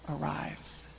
arrives